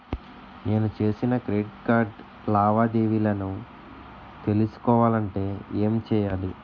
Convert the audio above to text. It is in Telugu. నేను చేసిన క్రెడిట్ కార్డ్ లావాదేవీలను తెలుసుకోవాలంటే ఏం చేయాలి?